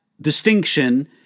distinction